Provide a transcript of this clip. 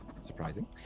Surprising